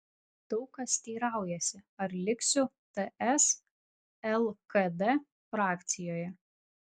daug kas teiraujasi ar liksiu ts lkd frakcijoje